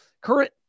current